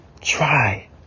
Try